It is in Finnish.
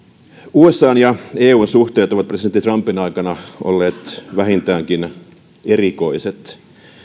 usan ja eun suhteet ovat presidentti trumpin aikana olleet vähintäänkin erikoiset